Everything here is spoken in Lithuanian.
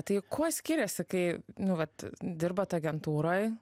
tai kuo skiriasi kai nu vat dirbat agentūroj